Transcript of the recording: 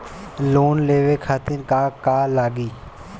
Loan लेवे खातीर का का लगी?